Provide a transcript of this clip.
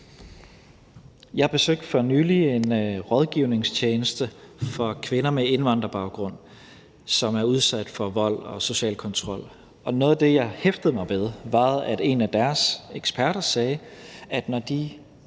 Jeg besøgte for nylig en rådgivningstjeneste for kvinder med indvandrerbaggrund, som er udsat for vold og social kontrol, og noget af det, jeg hæftede mig ved, var, at en af deres eksperter, som er en